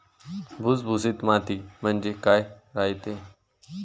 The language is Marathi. भुसभुशीत माती म्हणजे काय रायते?